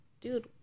dude